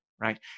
right